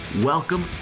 Welcome